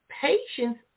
Patience